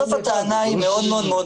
לגבי המספר, בסוף הטענה היא מאוד פשוטה.